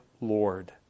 Lord